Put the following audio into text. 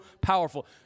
powerful